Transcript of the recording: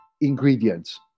ingredients